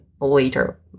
later